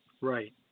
right